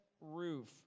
roof